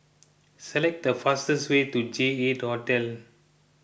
select the fastest way to J eight Hotel